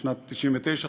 בשנת 1999,